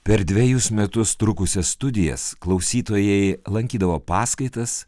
per dvejus metus trukusias studijas klausytojai lankydavo paskaitas